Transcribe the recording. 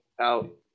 out